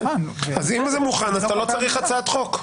אז אם זה מוכן, אז אתה לא צריך הצעת חוק.